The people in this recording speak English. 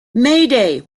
mayday